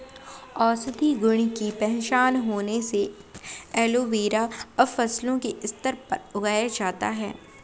औषधीय गुण की पहचान होने से एलोवेरा अब फसलों के स्तर पर उगाया जाता है